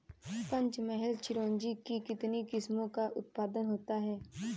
पंचमहल चिरौंजी की कितनी किस्मों का उत्पादन होता है?